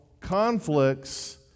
conflicts